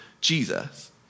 Jesus